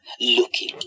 looking